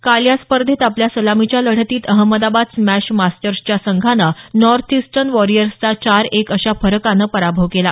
काल या स्पर्धेत आपल्या सलामीच्या लढतीत अहमदाबाद स्मॅश मास्टर्सच्या संघानं नॉर्थ इस्टर्न वॉरीअर्सचा चार एक अशा फरकानं पराभव केला